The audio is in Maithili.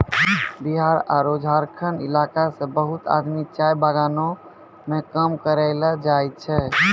बिहार आरो झारखंड इलाका सॅ बहुत आदमी चाय बगानों मॅ काम करै ल जाय छै